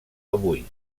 avui